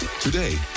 Today